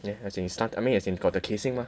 as in slant I mean as in got the casing mah